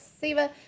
Siva